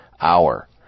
hour